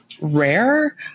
rare